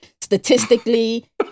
statistically